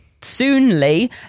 soonly